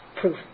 proof